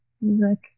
music